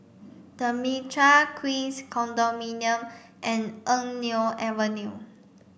the Mitraa Queens Condominium and Eng Neo Avenue